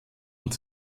und